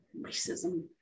racism